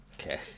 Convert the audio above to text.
Okay